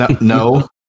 no